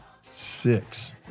six